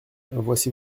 voici